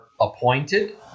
appointed